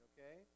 Okay